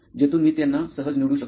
जेथून मी त्याना सहज निवडू शकतो